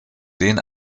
den